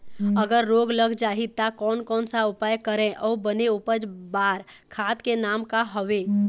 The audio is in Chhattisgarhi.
अगर रोग लग जाही ता कोन कौन सा उपाय करें अउ बने उपज बार खाद के नाम का हवे?